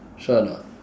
sure or not